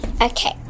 Okay